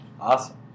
Awesome